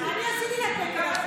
אני עשיתי את התקן הזה.